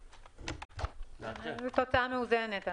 זו תוצאה מאוזנת.